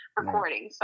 recording